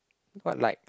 what like